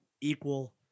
Equal